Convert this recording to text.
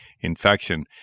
infection